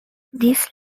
this